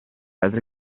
altre